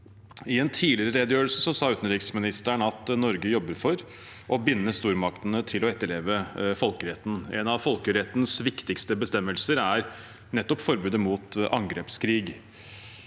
I en tidligere redegjørelse sa utenriksministeren at Norge jobber for å binde stormaktene til å etterleve folkeretten. En av folkerettens viktigste bestemmelser er nettopp forbudet mot angrepskrig,